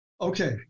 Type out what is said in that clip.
Okay